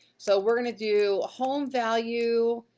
so, we're gonna do, home value